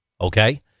Okay